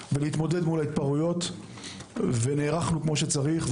ולהתמודד מול ההתפרעויות ונערכנו כפי שצריך.